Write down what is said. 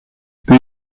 doe